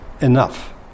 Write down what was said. Enough